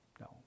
No